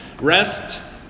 Rest